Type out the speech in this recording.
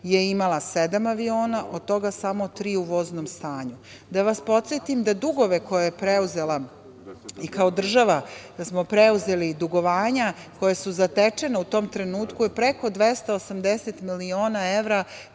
imala sedam aviona, od toga samo tri u voznom stanju. Da vas podsetim na dugove koje je preuzela država, da smo preuzeli dugovanja koja su zatečena u tom trenutku od preko 280 miliona evra